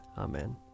Amen